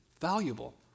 valuable